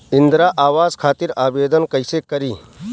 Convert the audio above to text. इंद्रा आवास खातिर आवेदन कइसे करि?